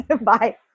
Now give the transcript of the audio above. Bye